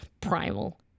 primal